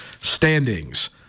standings